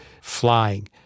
flying